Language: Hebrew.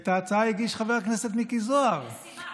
את ההצעה הגיש חבר הכנסת מיקי זוהר, יש סיבה.